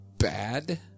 Bad